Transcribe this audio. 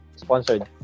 sponsored